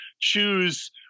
choose